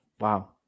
wow